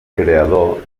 creador